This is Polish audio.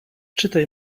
czytaj